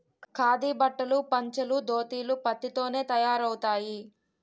ఖాదీ బట్టలు పంచలు దోతీలు పత్తి తోనే తయారవుతాయి